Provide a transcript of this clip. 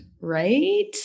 right